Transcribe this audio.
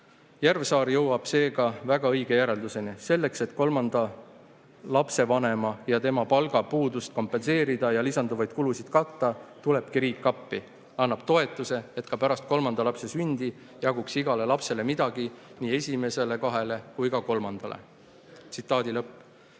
Järvsaar jõuab seega väga õige järelduseni: "Selleks et kolmanda lapsevanema (ja tema palga) puudust kompenseerida ja lisanduvaid kulusid katta, tulebki riik appi: annab toetuse, et ka pärast kolmanda lapse sündi jaguks igale lapsele midagi – nii esimesele kahele kui ka kolmandale." Niikaua,